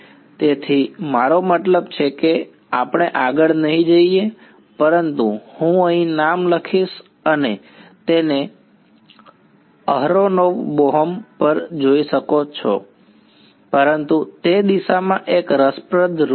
તેથી મારો મતલબ છે કે આપણે આગળ નહીં જઈએ પરંતુ હું અહીં નામ લખીશ તમે તેને અહરોનોવ બોહમ પર જોઈ શકો છો પરંતુ તે દિશામાં એક રસપ્રદ રૂટ છે